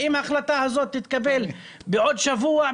האם ההחלטה הזו תתקבל בעוד שבוע?